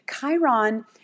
Chiron